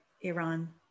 Iran